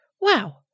wow